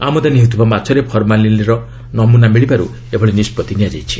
ଆମଦାନି ହେଉଥିବା ମାଛରେ ଫର୍ମାଲିନ୍ର ନମୁନା ମିଳିବାରୁ ଏଭଳି ନିଷ୍କଭି ନିଆଯାଇଛି